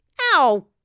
Ow